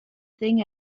thing